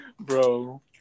Bro